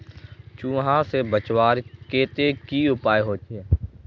चूहा से बचवार केते की उपाय होचे?